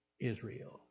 Israel